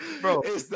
bro